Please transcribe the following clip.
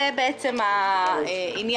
זה בעצם העניין,